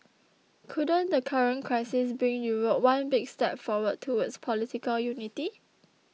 couldn't the current crisis bring Europe one big step forward towards political unity